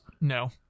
no